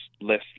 less